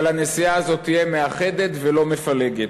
אבל הנשיאה הזאת תהיה מאחדת ולא מפלגת,